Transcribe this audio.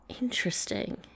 Interesting